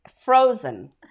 Frozen